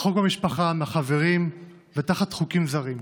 רחוק מהמשפחה ומהחברים ותחת חוקים זרים.